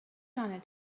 going